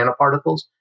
nanoparticles